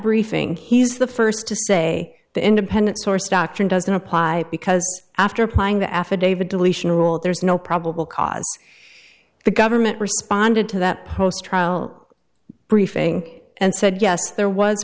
briefing he's the first to say the independent source doctrine doesn't apply because after applying the affidavit deletion rule there is no probable cause the government responded to that post trial briefing and said yes there was